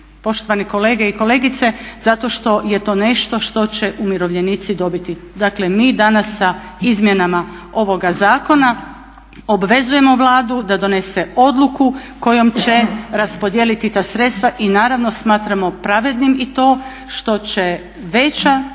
poštovane kolege i kolegice zato što je to nešto što će umirovljenici dobiti. Dakle mi danas sa izmjenama ovoga zakona obvezujemo Vladu da donese odluku kojom će raspodijeliti ta sredstva i naravno smatramo pravednim i to što će veći